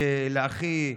ולאחי,